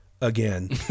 again